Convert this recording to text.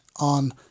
on